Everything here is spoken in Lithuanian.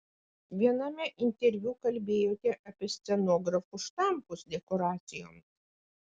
viename interviu kalbėjote apie scenografų štampus dekoracijoms